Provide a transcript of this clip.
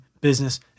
business